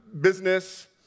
business